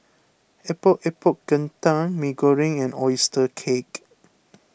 Epok Epok Kentang Mee Goreng and Oyster Cake